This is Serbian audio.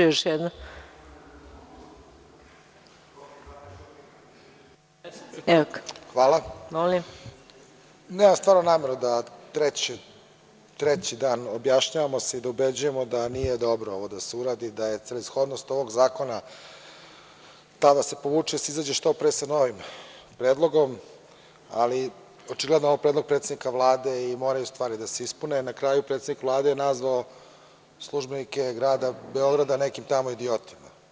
Nemam stvarno nameru da se treći dan objašnjavamo i ubeđujemo da nije dobro ovo da se uradi, da je celishodnost ovog zakona ta da se što pre povuče i da se izađe sa novim predlogom, ali očigledno ovo je predlog predsednika Vlade i moraju stvari da se ispune, na kraju predsednik Vlade je nazvao službenike grada Beograda, nekim tamo idiotima.